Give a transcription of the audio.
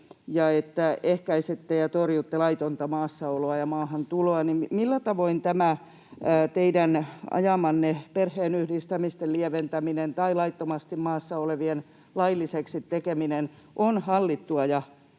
ehkäisette ja torjutte laitonta maassaoloa ja maahantuloa. Millä tavoin tämä teidän ajamanne perheenyhdistämisten lieventäminen tai laittomasti maassa olevien lailliseksi tekeminen on hallittua